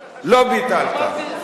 אמרת, לא ביטלתי את החשש.